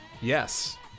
Yes